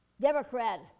Democrat